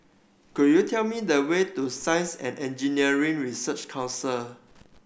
could you tell me the way to Science and Engineering Research Council